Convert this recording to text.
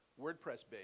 WordPress-based